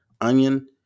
onion